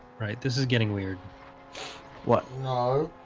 right. this is getting weird what? ah